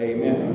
Amen